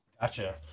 gotcha